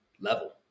level